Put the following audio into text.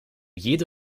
jede